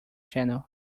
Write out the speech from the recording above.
channel